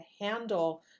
handle